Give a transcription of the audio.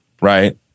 Right